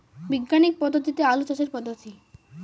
বিজ্ঞানিক পদ্ধতিতে আলু চাষের পদ্ধতি?